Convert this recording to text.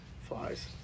flies